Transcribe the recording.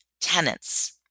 tenants